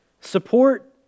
support